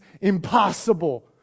impossible